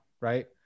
right